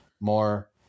more